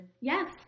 Yes